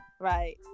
right